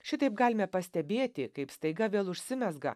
šitaip galime pastebėti kaip staiga vėl užsimezga